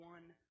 one